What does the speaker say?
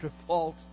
default